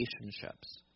relationships